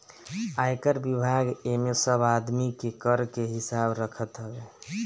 आयकर विभाग एमे सब आदमी के कर के हिसाब रखत हवे